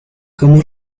cómo